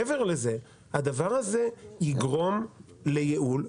מעבר לזה הדבר הזה יגרום לייעול,